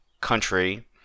country